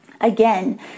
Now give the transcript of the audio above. Again